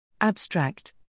Abstract